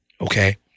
okay